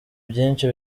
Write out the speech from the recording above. byinshi